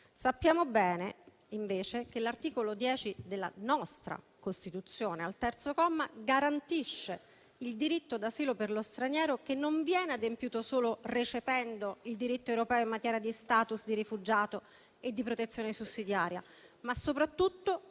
Sappiamo bene, invece, che l'articolo 10 della Costituzione, al terzo comma, garantisce il diritto d'asilo per lo straniero, che non viene adempiuto solo recependo il diritto europeo in materia di *status* di rifugiato e di protezione sussidiaria, ma soprattutto